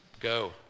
Go